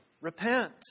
repent